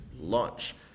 Launch